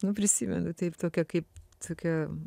nu prisimenu taip tokia kaip tokia